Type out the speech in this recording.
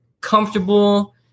comfortable